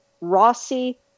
Rossi